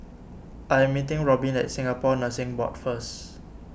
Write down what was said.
I'm meeting Robbin at Singapore Nursing Board first